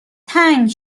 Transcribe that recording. تنگ